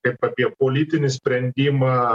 kaip apie politinį sprendimą